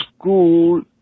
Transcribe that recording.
school